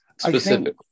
specifically